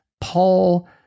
Paul